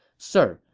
sir,